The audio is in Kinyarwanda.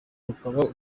rukaba